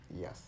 Yes